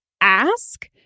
ask